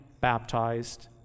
baptized